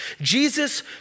Jesus